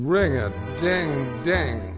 Ring-a-ding-ding